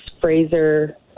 Fraser